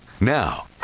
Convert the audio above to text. Now